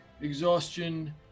exhaustion